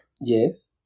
Yes